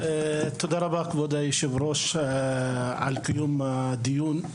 תודה רבה, כבוד היושב ראש על קיום הדיון.